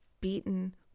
beaten